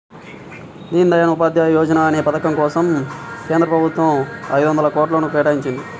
దీన్ దయాళ్ ఉపాధ్యాయ యోజనా అనే పథకం కోసం కేంద్ర ప్రభుత్వం ఐదొందల కోట్లను కేటాయించింది